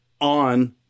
on